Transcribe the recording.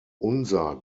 unser